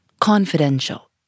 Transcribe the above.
CONFIDENTIAL